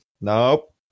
Nope